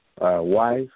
wife